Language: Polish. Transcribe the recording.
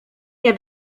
nie